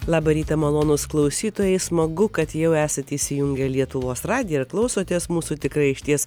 labą rytą malonūs klausytojai smagu kad jau esate įsijungę lietuvos radiją ir klausotės mūsų tikrai išties